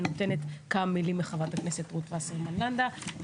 כמה מילים לחברת הכנסת רות וסרמן לנדה,